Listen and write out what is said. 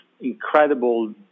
incredible